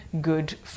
good